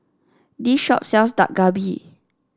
this shop sells Dak Galbi